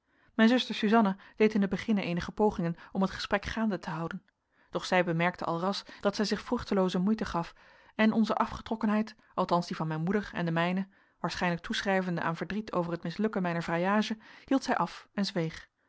mijn zuster suzanna deed in den beginne eenige pogingen om het gesprek gaande te houden doch zij bemerkte alras dat zij zich vruchtelooze moeite gaf en onze afgetrokkenheid althans die van mijn moeder en de mijne waarschijnlijk toeschrijvende aan verdriet over het mislukken mijner vrijage hield zij af en zweeg